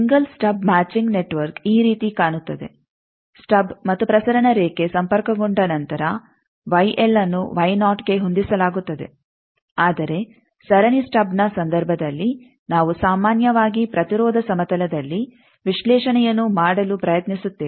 single stub matching network ಈ ರೀತಿ ಕಾಣುತ್ತದೆ ಸ್ಟಬ್ ಮತ್ತು ಪ್ರಸರಣ ರೇಖೆ ಸಂಪರ್ಕಗೊಂಡ ನಂತರ ಅನ್ನು ಗೆ ಹೊಂದಿಸಲಾಗುತ್ತದೆ ಆದರೆ ಸರಣಿ ಸ್ಟಬ್ನ ಸಂದರ್ಭದಲ್ಲಿ ನಾವು ಸಾಮಾನ್ಯವಾಗಿ ಪ್ರತಿರೋಧ ಸಮತಲದಲ್ಲಿ ವಿಶ್ಲೇಷಣೆಯನ್ನು ಮಾಡಲು ಪ್ರಯತ್ನಿಸುತ್ತೇವೆ